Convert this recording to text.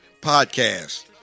podcast